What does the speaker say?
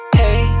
hey